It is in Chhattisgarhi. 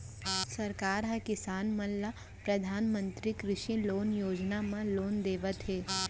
सरकार ह किसान मन ल परधानमंतरी कृषि लोन योजना म लोन देवत हे